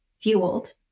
fueled